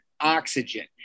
oxygen